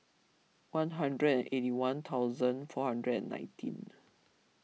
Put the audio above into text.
one hundred and eighty one thousand four hundred and nineteen